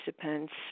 participants